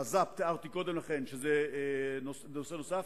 מז"פ, תיארתי קודם לכן שזה נושא נוסף,